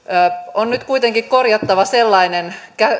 on nyt kuitenkin korjattava sellainen